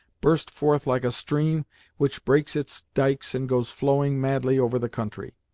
burst forth like a stream which breaks its dikes and goes flowing madly over the country.